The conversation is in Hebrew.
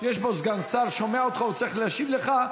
יש פה סגן שר, הוא שומע אותך, הוא צריך להשיב לך.